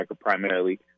primarily